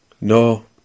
No